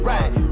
Right